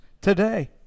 today